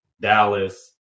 Dallas